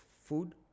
food